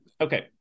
Okay